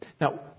Now